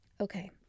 Okay